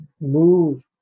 move